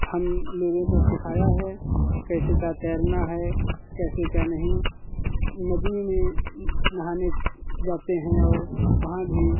हम लोगों को सिखाया है कैसे क्या तैरना है कैसे क्या नहीं नदी में नहाने जाते हैं और वहाँ भी